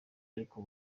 ariko